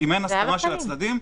אם אין הסכמה של הצדדים,